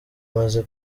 amaze